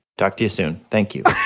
talk to you soon. thank you.